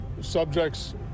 subjects